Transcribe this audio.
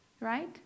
Right